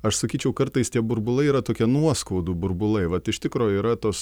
aš sakyčiau kartais tie burbulai yra tokie nuoskaudų burbulai vat iš tikro yra tos